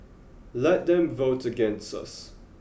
let them vote against us